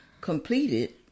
completed